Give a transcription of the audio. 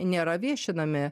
nėra viešinami